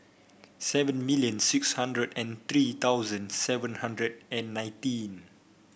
seven million six hundred and three thousand seven hundred and nineteen